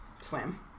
Slam